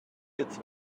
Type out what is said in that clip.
its